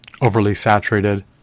overly-saturated